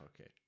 okay